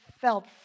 felt